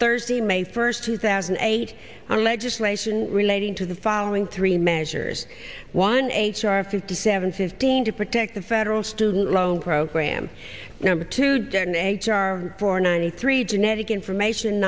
thursday may first two thousand and eight and legislation relating to the following three measures one h r fifty seven fifteen to protect the federal student loan program number to donate jar for ninety three genetic information